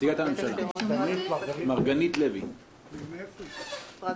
חוק ממשלתיות שההסדרים שלהן מעוגנים בתקנות לשעת